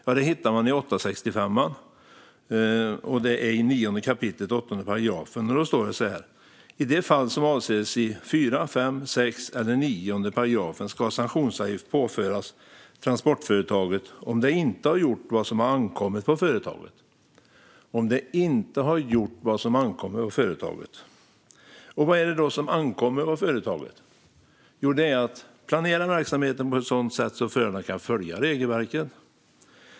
Detta hittar man i förordning 2004:865, där det i 9 kap. 8 § står: "I de fall som avses i 4, 5, 6 eller 9 § ska sanktionsavgift påföras transportföretaget, om det inte gjort vad som har ankommit på företaget." Vad är det då som ankommer på företaget? Jo, det är att planera verksamheten på ett sådant sätt att förarna kan följa regelverket.